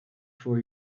for